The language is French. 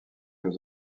aux